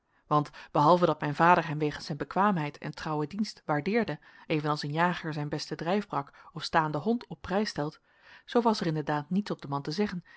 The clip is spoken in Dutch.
want behalve dat mijn vader hem wegens zijn bekwaamheid en trouwe dienst waardeerde even als een jager zijn besten drijfbrak of staanden hond op prijs stelt zoo was er in de daad niets op den man te zeggen